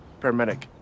paramedic